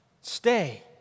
stay